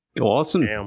Awesome